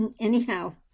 Anyhow